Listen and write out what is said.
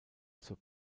zur